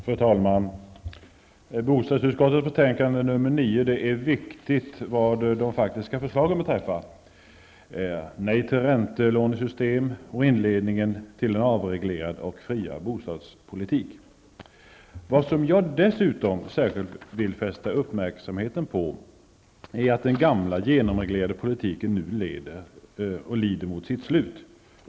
Fru talman! Bostadsutskottets betänkande nr 9 är viktigt vad de faktiska förslagen beträffar. -- nej till räntelånesystem och inledningen till en avreglerad och friare bostadspolitik. Vad som jag dessutom särskilt vill fästa uppmärksamheten på är att den gamla genomreglerade politiken nu lider mot sitt slut.